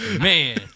man